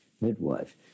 midwife